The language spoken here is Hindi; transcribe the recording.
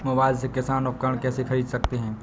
मोबाइल से किसान उपकरण कैसे ख़रीद सकते है?